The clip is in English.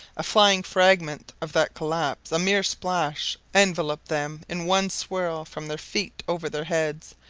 a flying fragment of that collapse, a mere splash, enveloped them in one swirl from their feet over their heads,